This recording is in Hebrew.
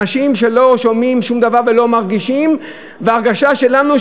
אנשים שלא שומעים שום דבר ולא מרגישים את ההרגשה שלנו,